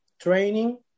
training